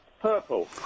Purple